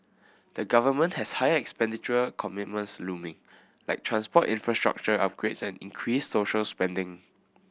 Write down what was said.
the government has higher expenditure commitments looming like transport infrastructure upgrades and increased social spending